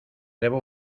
debo